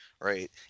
right